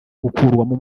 gukurwamo